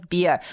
Beer